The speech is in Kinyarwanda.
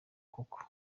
koko